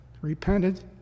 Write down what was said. repented